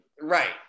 Right